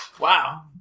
Wow